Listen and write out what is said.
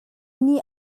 nih